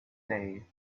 day